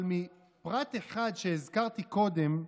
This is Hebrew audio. אבל מפרט אחד שהזכרתי קודם,